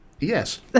yes